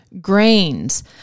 grains